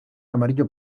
amarillo